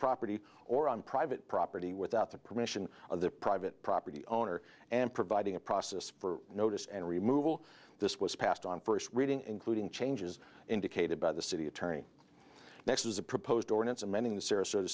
property or on private property without the permission of the private property owner and providing a process for notice and removal this was passed on first reading including changes indicated by the city attorney next was a proposed ordinance amending the sarasota